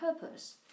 purpose